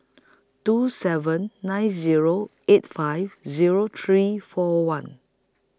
two seven nine Zero eight five Zero three four one